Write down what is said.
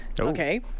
okay